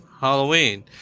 Halloween